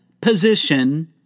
position